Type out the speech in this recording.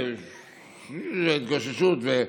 התגוששות,